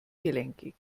gelenkig